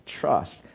trust